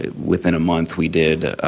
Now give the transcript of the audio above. ah within a month we did